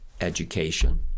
education